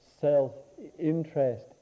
self-interest